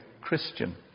Christian